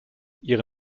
ihre